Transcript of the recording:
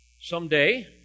Someday